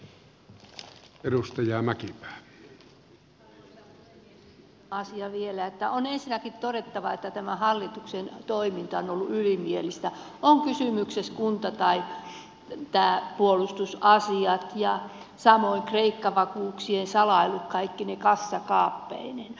sellainen asia vielä että on ensinnäkin todettava että tämä hallituksen toiminta on ollut ylimielistä ovat kysymyksessä kunta tai puolustusasiat samoin kreikka vakuuksien salailu kaikkine kassakaappeineen